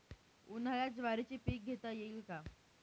उन्हाळ्यात ज्वारीचे पीक घेता येईल का?